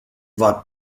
war